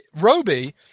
Roby